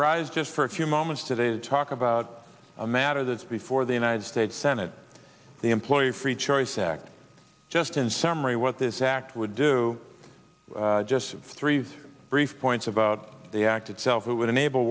rise just for a few moments today to talk about a matter that's before the united states senate the employee free choice act just in summary what this act would do just three brief points about the act itself it would enable